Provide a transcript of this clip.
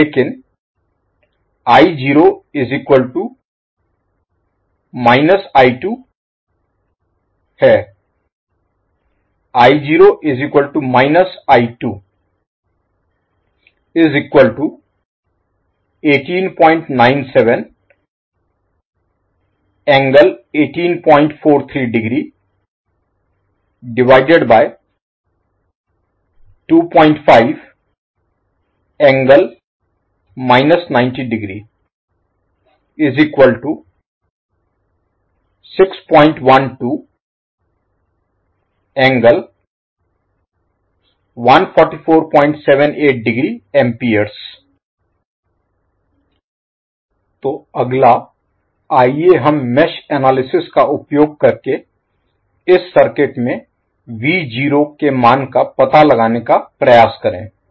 लेकिन तो अगला आइए हम मेष एनालिसिस विश्लेषण Analysis का उपयोग करके इस सर्किट में के मान का पता लगाने का प्रयास करें